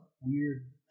weird